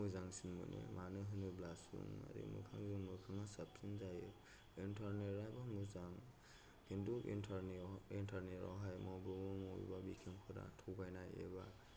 मोजांसिन मोनो मानो होनोब्ला सुबुङारि मोखांजों मोखाङा साबसिन जायो इन्टारनेटाबो मोजां खिन्थु इन्टारनेट इन्टारनेटआवहाय मबेबा मबेबा बिथिंफोरा थगायनाय एबा